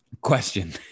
Question